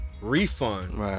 Refund